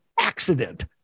accident